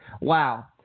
Wow